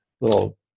little